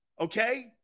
okay